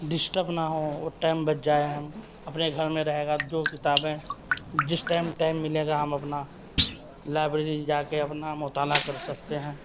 disturb نہ ہوں وہ ٹائم بچ جائے ہم اپنے گھر میں رہ کر جو کتابیں جس ٹائم ٹائم ملے گا ہم اپنا لائبریری جا کے اپنا مطالعہ کر سکتے ہیں